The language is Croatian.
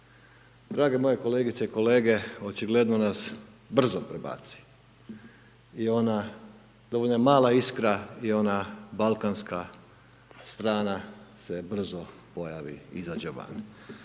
Drage moje kolegice i kolege, očigledno nas brzo prebaci i ona, dovoljna je mala iskra i ona balkanska strana se brzo pojavi i izađe van.